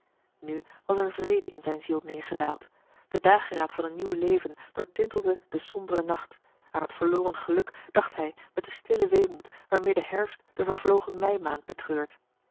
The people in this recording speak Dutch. nu was er vrede in zijn ziel neergedaald de dageraad van een nieuw leven doortintelde den somberen nacht aan het verloren geluk dacht hij met den stillen weemoed waarmee de herfst de vervlogen meimaand betreurt